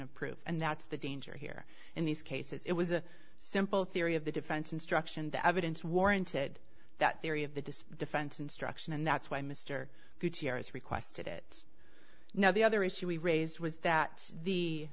of proof and that's the danger here in these cases it was a simple theory of the defense instruction the evidence warranted that theory of the disk defense instruction and that's why mr gutierrez requested it now the other issue we raised was that the